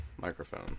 microphone